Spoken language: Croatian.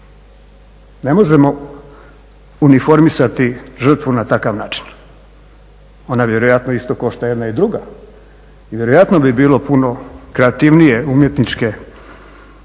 Ne možemo uniformisati žrtvu na takav način. Ona vjerojatno isto košta jedna i druga i vjerojatno bi bilo puno kreativnije, umjetničke i bolje